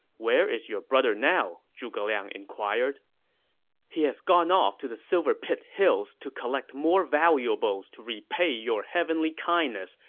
where is your brother now? zhuge liang inquired he has gone off to the silver pit hills to collect more valuables to repay your heavenly kindness.